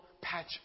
patch